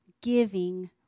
Giving